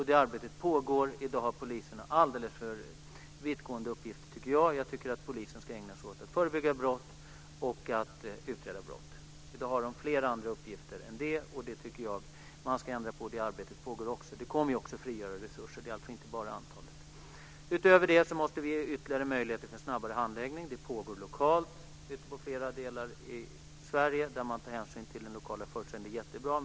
Det arbetet pågår. I dag har poliserna alldeles för vittgående uppgifter, tycker jag. Jag tycker att polisen ska ägna sig åt att förebygga och utreda brott. I dag har de fler uppgifter än så, och det tycker jag att man ska ändra på. Det arbetet pågår. Det kommer också att frigöra resurser. Det gäller alltså inte bara antalet poliser. Utöver det måste vi ge ytterligare möjligheter för snabbare handläggning. Det arbetet pågår lokalt i flera delar av Sverige. Man tar hänsyn till de lokala förutsättningarna. Det är jättebra.